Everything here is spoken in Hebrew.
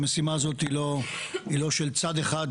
המשימה הזאת היא לא של צד אחד,